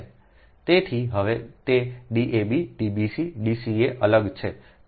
તેથી હવે તે D ab D bc D ca અલગ છે